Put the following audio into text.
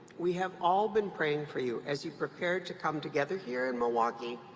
we have all been praying for you as you prepared to come together here in milwaukee,